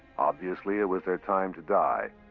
obviously it was their time to die,